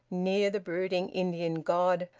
near the brooding indian god,